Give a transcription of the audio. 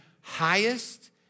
highest